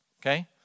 Okay